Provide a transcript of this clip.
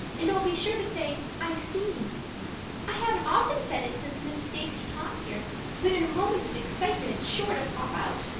and i'll be sure to say i seen i haven't often said it since miss stacy taught here but in moments of excitement it's sure to pop out.